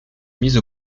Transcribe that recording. mise